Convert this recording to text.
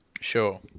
Sure